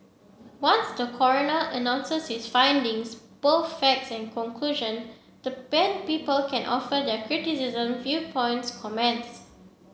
once the coroner announces his findings both facts and conclusion then people can offer their criticism viewpoints comments